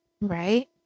Right